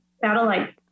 satellite